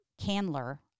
Candler